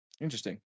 Interesting